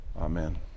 Amen